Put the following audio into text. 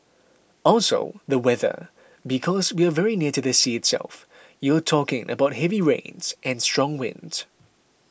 also the weather because we are very near to the sea itself you're talking about heavy rains and strong winds